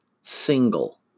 single